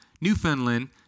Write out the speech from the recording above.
Newfoundland